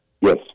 Yes